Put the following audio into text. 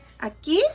Aquí